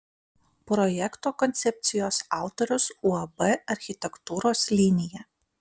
projekto koncepcijos autorius uab architektūros linija